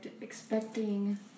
expecting